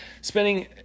spending